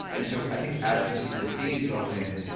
and so i think as we see this data go in,